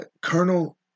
Colonel